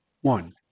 One